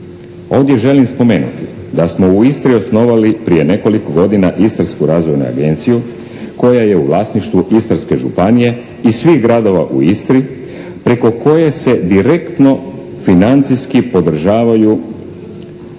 Ovdje želim spomenuti da smo u Istri osnovali prije nekoliko godina Istarsku razvojnu agenciju koja je u vlasništvu Istarske županije i svih gradova u Istri preko koje se direktno financijski podržavaju poduzetnički